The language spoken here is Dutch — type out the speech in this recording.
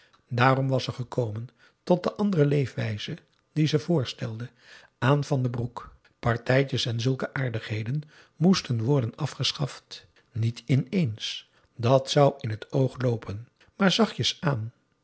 daarom was ze gekomen tot de andere leefwijze die ze voorstelde aan van den broek partijtjes en zulke aardigheden moesten worden afgeschaft niet inééns dat zou in het oog loopen maar zachtjes aan